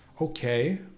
okay